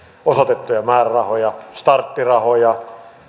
osoitettuja määrärahoja starttirahoja